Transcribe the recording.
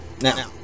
Now